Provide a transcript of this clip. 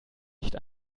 nicht